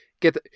get